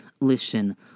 listen